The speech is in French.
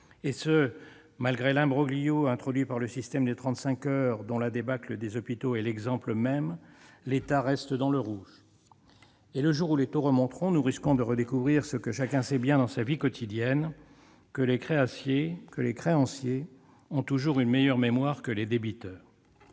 et ce malgré l'imbroglio créé par le système des 35 heures, dont la débâcle des hôpitaux est emblématique, l'État reste dans le rouge. Le jour où les taux remonteront, nous risquons de redécouvrir ce que chacun sait bien dans sa vie quotidienne : les créanciers ont toujours une meilleure mémoire que les débiteurs.